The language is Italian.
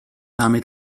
lame